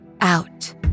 Out